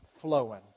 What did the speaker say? flowing